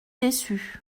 déçus